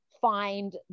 find-